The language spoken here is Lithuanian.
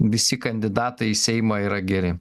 visi kandidatai į seimą yra geri